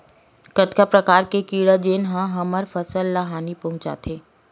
कतका प्रकार के कीड़ा जेन ह हमर फसल ल हानि पहुंचाथे?